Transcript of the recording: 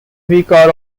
vicar